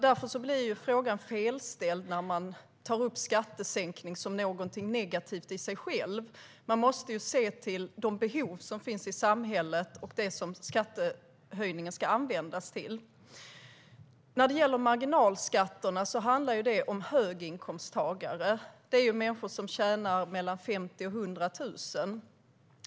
Därför blir frågan felställd när man tar upp skattehöjningar som något negativt i sig självt. Man måste se till de behov som finns i samhället och det som skattehöjningen ska användas till. När det gäller marginalskatterna handlar det om höginkomsttagare, människor som tjänar mellan 50 000 och 100 000.